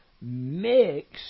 mixed